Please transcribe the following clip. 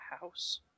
house